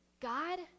God